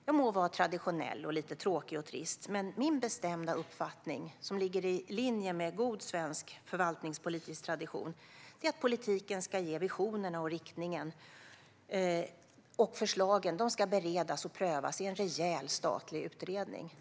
Jag må vara traditionell och lite tråkig och trist, men min bestämda uppfattning - som ligger i linje med god svensk förvaltningspolitisk tradition - är att politiken ska ge visionerna och riktningen och att förslagen ska beredas och prövas i en rejäl statlig utredning.